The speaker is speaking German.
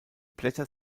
blätter